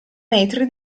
metri